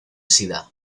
sida